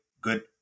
good